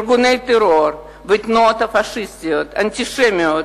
ארגוני טרור ותנועות פאשיסטיות-אנטישמיות